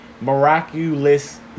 miraculous